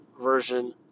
version